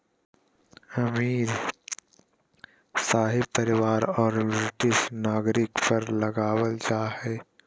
अमीर, शाही परिवार औरो ब्रिटिश नागरिक पर लगाबल जा हइ